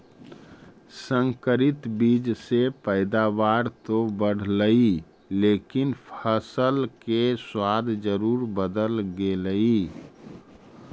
संकरित बीज से पैदावार तो बढ़लई लेकिन फसल के स्वाद जरूर बदल गेलइ